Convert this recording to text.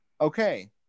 okay